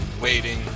waiting